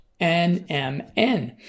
NMN